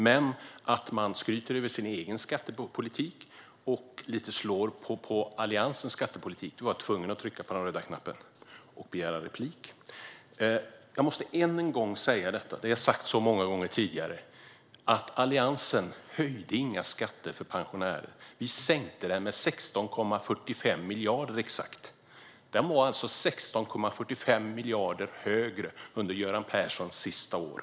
Men när man skryter över sin egen skattepolitik och slår lite grann på Alliansens skattepolitik var jag tvungen att trycka på den röda knappen och begära replik. Jag måste än en gång säga detta trots att jag har sagt det så många gånger tidigare: Alliansen höjde inga skatter för pensionärer. Vi sänkte skatten med exakt 16,45 miljarder. Den var alltså 16,45 miljarder högre under Göran Perssons sista år.